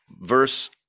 Verse